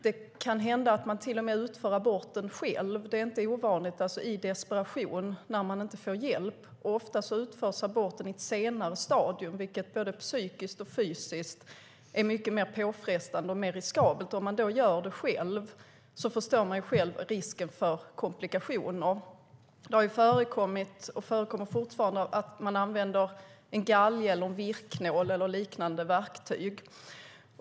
Det kan hända att man till och med utför aborten själv. Det är inte ovanligt att man gör det i desperation när man inte får hjälp. Ofta utförs aborten i ett senare stadium, vilket både psykiskt och fysiskt är mycket mer påfrestande och mer riskabelt. Vi förstår att det finns risk för komplikationer när man gör det själv. Det har förekommit och förekommer fortfarande att man använder en galge, en virknål eller liknande verktyg.